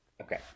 okay